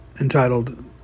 entitled